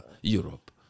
Europe